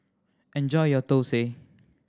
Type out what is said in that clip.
enjoy your thosai